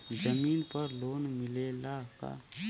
जमीन पर लोन मिलेला का?